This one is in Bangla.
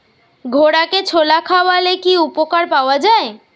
ঘোড়াকে ছোলা খাওয়ালে কি উপকার পাওয়া যায়?